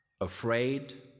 afraid